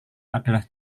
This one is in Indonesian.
adalah